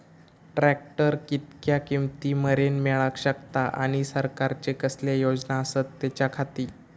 Tractor कितक्या किमती मरेन मेळाक शकता आनी सरकारचे कसले योजना आसत त्याच्याखाती?